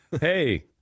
Hey